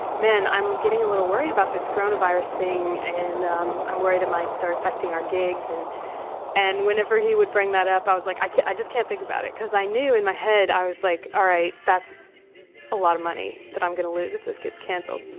man, i'm getting a little worried about this coronavirus thing. and um i'm worried it might start affecting our gigs. and and whenever he would bring that up, i was like, i just can't think about it. cause i knew in my head. i was like, all right, that's a lotta money that i'm gonna lose if this gets cancelled.